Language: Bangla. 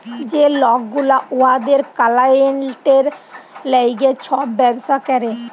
যে লক গুলা উয়াদের কালাইয়েল্টের ল্যাইগে ছব ব্যবসা ক্যরে